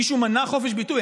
מישהו מנע חופש ביטוי?